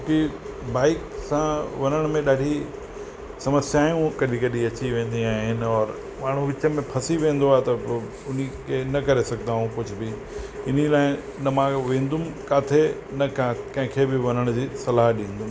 छो की बाइक सां वञण में ॾाढी समस्याऊं कॾहिं कॾहिं अची वेंदियूं आहिनि और माण्हू विच में फ़सी वेंदो आहे त पोइ हुनखे न करे सघंदा आउं कुझु बि हिन लाइ न मां जो वेंदुमि काथे न का कंहिं खे बि वञण जी सलाह ॾींदुमि